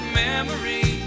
memory